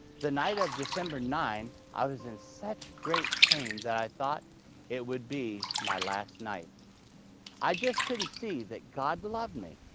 the night of december nine, i was in such great pain that i thought it would be my last. i just couldn't see that god loved me.